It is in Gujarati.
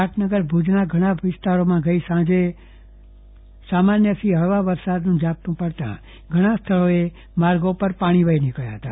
પાટનગર ભુજના ઘણા વિસ્તારોમાં ગઈ સાંજે હળવા વરસાદનું ઝાપટું પડતા ઘણા સ્થળોએ માર્ગો પર પાણી વહી નીકળ્યા હતા